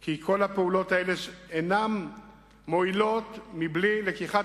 כי כל הפעולות האלה אינן מועילות בלי לקיחת